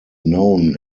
known